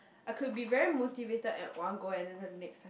I could be very motivated at one go and then the next